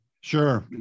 Sure